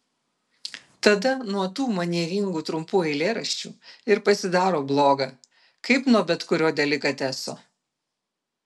tada nuo tų manieringų trumpų eilėraščių ir pasidaro bloga kaip nuo bet kurio delikateso